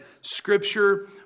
scripture